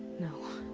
no.